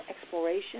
exploration